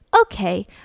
okay